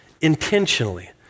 intentionally